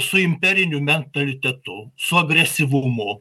su imperiniu mentalitetu su agresyvumu